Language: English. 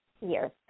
years